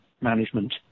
management